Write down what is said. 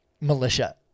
militia